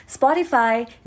Spotify